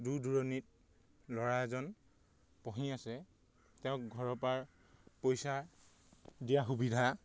দূৰ দূৰণিত ল'ৰা এজন পঢ়ি আছে তেওঁক ঘৰৰপৰা পইচা দিয়া সুবিধা